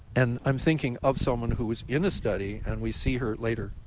and i'm thinking of someone who was in a study, and we see her later